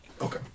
Okay